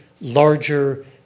larger